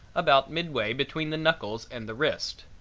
about midway between the knuckles and the wrist.